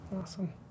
awesome